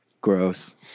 Gross